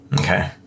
Okay